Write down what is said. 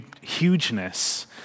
hugeness